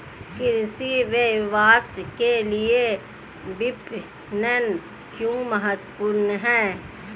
कृषि व्यवसाय के लिए विपणन क्यों महत्वपूर्ण है?